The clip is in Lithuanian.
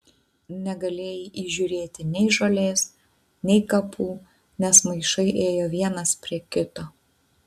negalėjai įžiūrėti nei žolės nei kapų nes maišai ėjo vienas prie kito